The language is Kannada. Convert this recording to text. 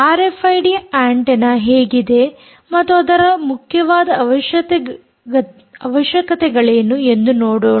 ಆರ್ಎಫ್ಐಡಿ ಆಂಟೆನ್ನ ಹೇಗಿದೆ ಮತ್ತು ಅದರ ಮುಖ್ಯವಾದ ಅವಶ್ಯಕತೆಗಳೇನು ಎಂದು ನೋಡೋಣ